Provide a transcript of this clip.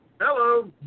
Hello